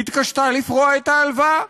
"התקשתה לפרוע את ההלוואה.